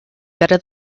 better